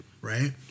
right